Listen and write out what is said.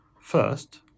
First